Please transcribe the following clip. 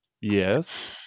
Yes